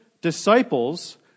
disciples